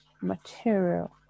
material